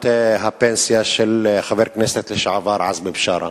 הפנסיה של חבר הכנסת לשעבר עזמי בשארה.